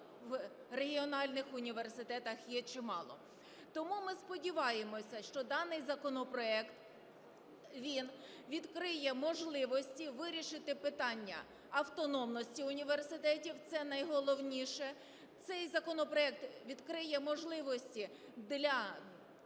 в регіональних університетах є чимало. Тому ми сподіваємося, що даний законопроект, він відкриє можливості вирішити питання автономності університетів, це найголовніше. Цей законопроект відкриє можливості для